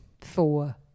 Four